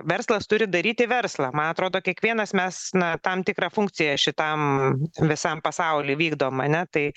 verslas turi daryti verslą man atrodo kiekvienas mes na tam tikrą funkciją šitam visam pasauly vykdom ane tai